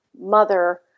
mother